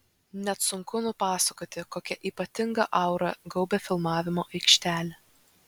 net sunku nupasakoti kokia ypatinga aura gaubia filmavimo aikštelę